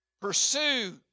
Pursue